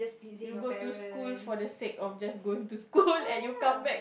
you go to school for the sake of just going to school and you come back